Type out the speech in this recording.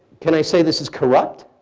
can i say this is corrupt?